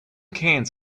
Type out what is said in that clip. cans